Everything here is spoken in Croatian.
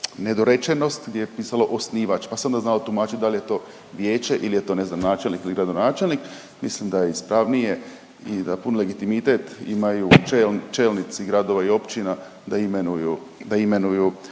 nedorečenost gdje je pisalo osnivač pa se onda znalo tumačit da li je to vijeće ili je to ne znam načelnik ili gradonačelnik. Mislim da je ispravnije i da puni legitimitet imaju čelnici gradova i općina da imenuju,